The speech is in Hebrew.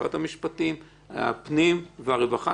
הפנים והרווחה.